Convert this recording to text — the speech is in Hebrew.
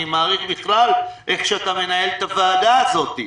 אני מעריך בכלל איך שאתה מנהל את הוועדה הזאת.